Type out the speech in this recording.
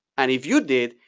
and if you did,